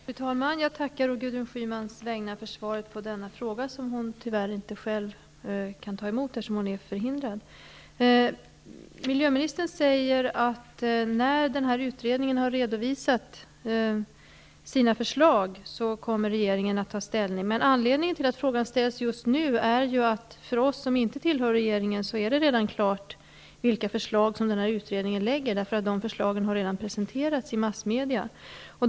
Fru talman! Jag tackar å Gudrun Schymans vägnar för svaret på denna fråga, som hon tyvärr inte själv kan ta emot eftersom hon är förhindrad. Miljöministern säger att regeringen kommer att ta ställning när denna utredning har redovisat sina förslag. Men anledningen till att frågan ställs just nu är att det för oss som inte tillhör regeringen redan är klart vilka förslag utredningen lägger fram. De förslagen har redan presenterats i massmedia.